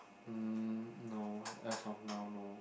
mm no as of now no